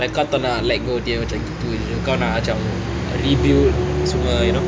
like kau tak nak let go dia cam gitu jer kau nak macam rebuilt semua you know